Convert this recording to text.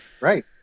right